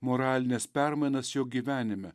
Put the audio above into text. moralines permainas jo gyvenime